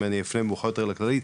גם אני אפנה מאוחר יותר לכללית,